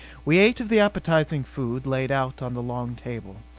we ate of the appetizing food laid out on the long table.